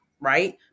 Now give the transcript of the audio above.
Right